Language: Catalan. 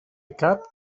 cap